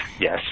Yes